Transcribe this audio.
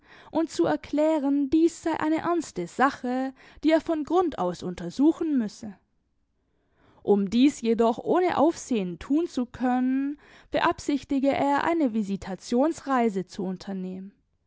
und zu erklären dies sei eine ernste sache die er von grund aus untersuchen müsse um dies jedoch ohne aufsehen tun zu können beabsichtige er eine visitationsreise zu unternehmen